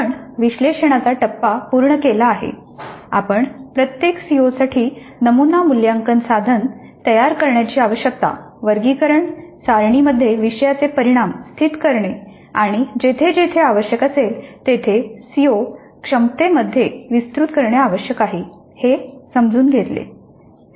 आपण विश्लेषणाचा टप्पा पूर्ण केला आहे आपण प्रत्येक सी ओ साठी नमुना मूल्यांकन साधन तयार करण्याची आवश्यकता वर्गीकरण सारणीमध्ये विषयाचे परिणाम स्थित करणे आणि जेथे जेथे आवश्यक असेल तेथे प्रत्येक सीओ क्षमतेमध्ये विस्तृत करणे आवश्यक आहे हे समजून घेतले